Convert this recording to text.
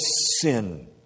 sin